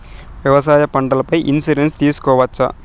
వ్యవసాయ పంటల పై ఇన్సూరెన్సు తీసుకోవచ్చా?